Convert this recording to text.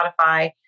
Spotify